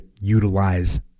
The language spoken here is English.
utilize